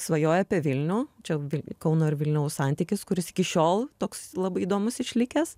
svajoja apie vilnių čia ir kauno ir vilniaus santykis kuris iki šiol toks labai įdomus išlikęs